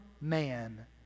man